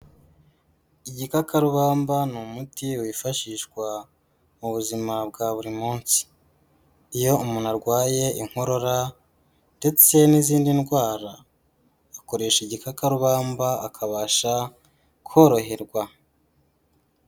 Igikakarubamba ni umuti wifashishwa mu buzima bwa buri munsi. Iyo umuntu arwaye inkorora ndetse n'izindi ndwara, akoresha igikakarubamba akabasha koroherwa.